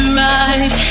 right